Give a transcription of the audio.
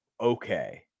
okay